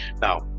Now